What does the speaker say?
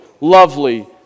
lovely